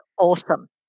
awesome